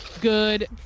good